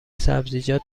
سبزیجات